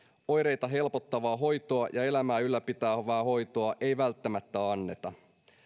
oireita helpottavaa hoitoa ja elämää ylläpitävää hoitoa ei välttämättä anneta